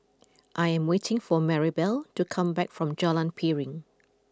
I am waiting for Marybelle to come back from Jalan Piring